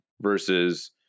versus